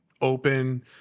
open